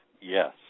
Yes